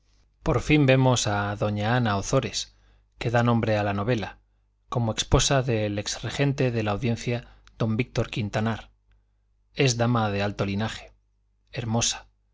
por fin vemos a doña ana ozores que da nombre a la novela como esposa del ex regente de la audiencia d víctor quintanar es dama de alto linaje hermosa